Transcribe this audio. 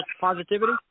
positivity